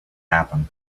happen